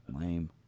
lame